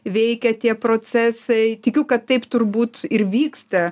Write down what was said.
veikia tie procesai tikiu kad taip turbūt ir vyksta